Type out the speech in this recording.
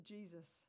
Jesus